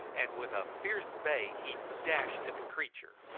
and, with a fierce bay, he dashed at the creature.